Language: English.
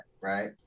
right